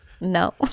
no